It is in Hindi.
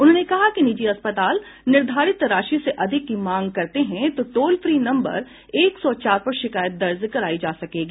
उन्होंने कहा कि निजी अस्पताल निर्धारित राशि से अधिक की मांग करते हैं तो टोल फ्री नम्बर एक सौ चार पर शिकायत दर्ज करायी जा सकेगी